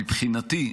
מבחינתי,